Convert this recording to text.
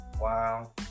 Wow